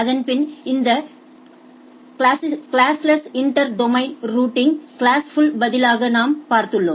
அதன்பின் இந்த classless inter domain routing யை கிளாஸ்ஃபுல் க்கு பதிலாக நாம் பார்த்துள்ளோம்